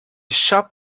shop